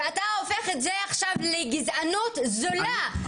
ואתה הופך את זה עכשיו לגזענות זולה,